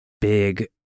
big